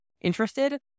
interested